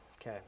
Okay